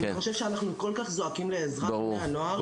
אני חושב שאנחנו כל כך זועקים לעזרה בני הנוער,